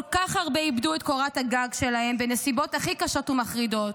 כל כך הרבה איבדו את קורת הגג שלהם בנסיבות הכי קשות ומחרידות.